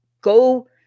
go